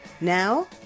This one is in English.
Now